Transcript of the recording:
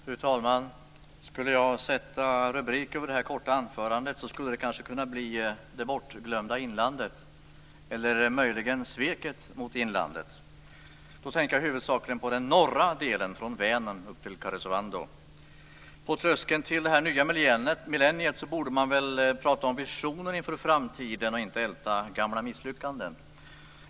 Fru talman! Skulle jag sätta en rubrik över det här korta anförandet skulle det kanske kunna bli "Det bortglömda inlandet" eller möjligen "Sveket mot inlandet". Då tänker jag huvudsakligen på den norra delen, från Vänern upp till Karesuando. På tröskeln till det här nya millenniet borde man väl prata om visioner inför framtiden och inte älta gamla misslyckanden.